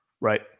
right